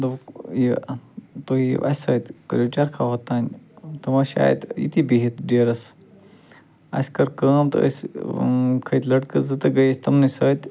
دوٚپُکھ یہِ تُہۍ یِیِو اسہِ سۭتۍ کٔرِو چَرکھہ ہوٚت تام تِم ٲسۍ شاید ییٚتی بِہِتھ ڈیرَس اسہِ کٔر کٲم تہٕ أسۍ کھٔتۍ لٔڑکہٕ زٕ تہٕ گٔے أسۍ تِمنٕے سۭتۍ